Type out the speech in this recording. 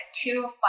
two